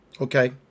Okay